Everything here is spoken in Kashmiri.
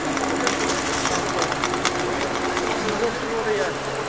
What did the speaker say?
وۄنۍ کٔرِو حظ کَم پہم کٔرِو یہِ چھُ مگر پیوٚرٕے آسان